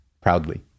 proudly